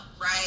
right